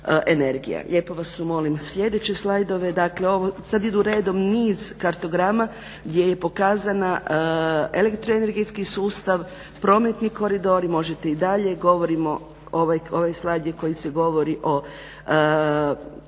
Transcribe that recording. Lijepo vas molim sljedeće slajdove. Sada idu redom niz kartograma gdje je pokazan elektroenergetski sustav, prometni koridori, govorimo ovaj slajd je koji se govori o